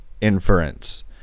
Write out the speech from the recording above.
inference